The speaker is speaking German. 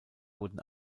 wurden